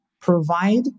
provide